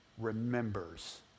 remembers